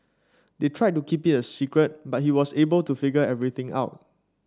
they tried to keep it a secret but he was able to figure everything out